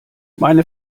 meine